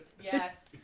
yes